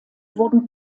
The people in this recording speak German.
wurden